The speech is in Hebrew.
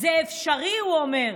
זה אפשרי, הוא אומר.